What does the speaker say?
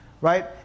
right